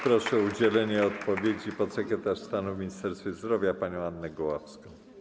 Proszę o udzielenie odpowiedzi podsekretarz stanu w Ministerstwie Zdrowia panią Annę Goławską.